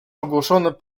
ogłoszone